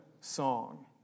song